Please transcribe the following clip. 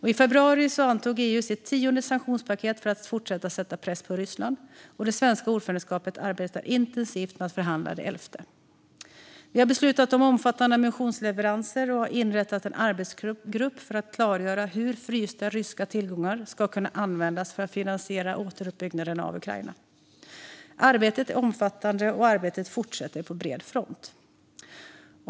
I februari antog EU sitt tionde sanktionspaket för att fortsätta sätta press på Ryssland, och det svenska ordförandeskapet arbetar intensivt med att förhandla det elfte. Vi har beslutat om omfattande ammunitionsleveranser och har inrättat en arbetsgrupp för att klargöra hur frysta ryska tillgångar ska kunna användas för att finansiera återuppbyggnaden av Ukraina. Arbetet är omfattande och fortsätter på bred front.